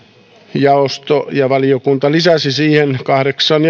jaosto ja valiokunta lisäsivät siihen kahdeksan